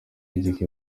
igihe